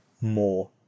more